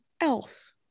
Elf